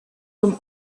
them